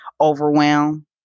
overwhelmed